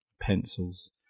pencils